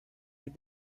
with